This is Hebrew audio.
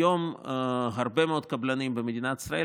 היום הרבה מאוד קבלנים במדינת ישראל